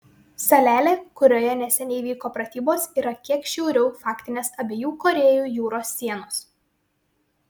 salelė kurioje neseniai vyko pratybos yra kiek šiauriau faktinės abiejų korėjų jūros sienos